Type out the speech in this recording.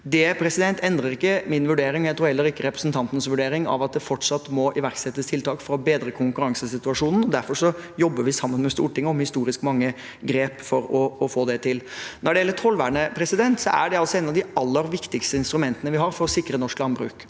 Det endrer ikke min vurdering – og jeg tror heller ikke representantens vurdering – av at det fortsatt må iverksettes tiltak for å bedre konkurransesituasjonen. Derfor jobber vi sammen med Stortinget om historisk mange grep for å få det til. Når det gjelder tollvernet, er det et av de aller viktigste instrumentene vi har for å sikre norsk landbruk.